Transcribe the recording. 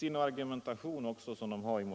Där framhålls att, som herr